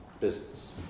business